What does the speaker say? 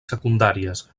secundàries